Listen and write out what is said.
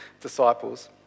disciples